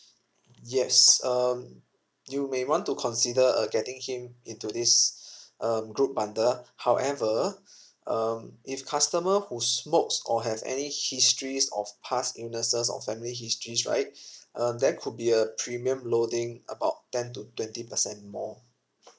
yes um you may want to consider uh getting him into this um group bundle however um if customer who smokes or have any histories of past illnesses or family history right uh there could be a premium loading about ten to twenty percent more